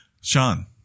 Sean